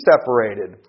separated